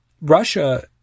Russia